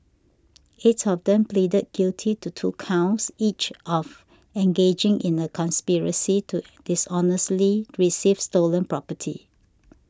eight of them pleaded guilty to two counts each of engaging in a conspiracy to dishonestly receive stolen property